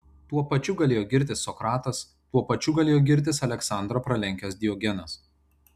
tuo pačiu galėjo girtis sokratas tuo pačiu galėjo girtis aleksandrą pralenkęs diogenas